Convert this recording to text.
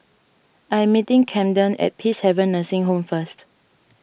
I am meeting Camden at Peacehaven Nursing Home first